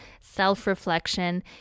self-reflection